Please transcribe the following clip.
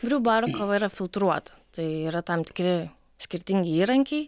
briū baro kava yra filtruota tai yra tam tikri skirtingi įrankiai